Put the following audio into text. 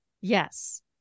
Yes